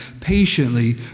patiently